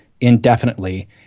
indefinitely